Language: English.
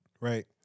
Right